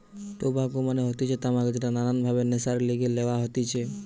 tobacco মানে হতিছে তামাক যেটা নানান ভাবে নেশার লিগে লওয়া হতিছে